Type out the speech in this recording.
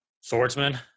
swordsman